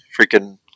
freaking